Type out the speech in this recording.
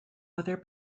other